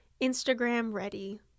Instagram-ready